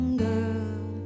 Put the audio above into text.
girl